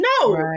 No